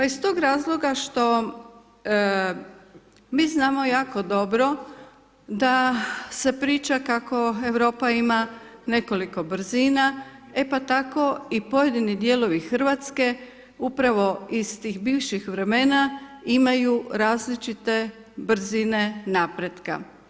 Iz tog razloga što mi znamo jako dobro, da se priča, kako Europa ima nekoliko brzina, e pa tako i pojedini dijelovi Hrvatske, upravo iz tih bivših vremena, imaju različite brzine napretka.